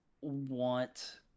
want